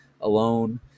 alone